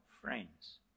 friends